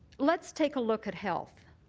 let's take a look at health.